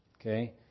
Okay